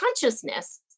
consciousness